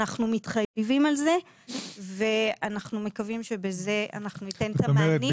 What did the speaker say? אנחנו מתחייבים על זה ואנחנו מקווים שבזה אנחנו ניתן את המענים.